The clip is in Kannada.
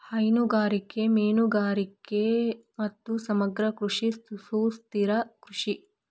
ಹೈನುಗಾರಿಕೆ, ಮೇನುಗಾರಿಗೆ ಮತ್ತು ಸಮಗ್ರ ಕೃಷಿ ಸುಸ್ಥಿರ ಕೃಷಿ